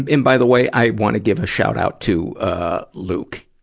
and by the way, i want give a shout out to, ah, luke.